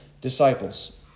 disciples